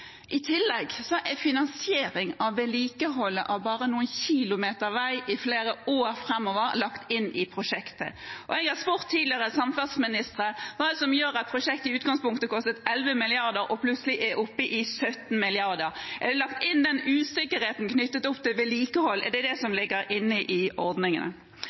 I tillegg er finansiering av vedlikeholdet av bare noen kilometer vei i flere år framover lagt inn i prosjektet. Jeg har spurt tidligere samferdselsministre om hva det er som gjør at prosjektet som i utgangspunktet kostet 11 mrd. kr, plutselig er oppe i 17 mrd. kr. Er usikkerheten knyttet til vedlikehold lagt inn – er det det som ligger inne i ordningene?